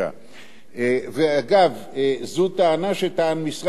אגב, זאת טענה שטען משרד המשפטים.